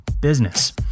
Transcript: business